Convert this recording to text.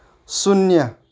शून्य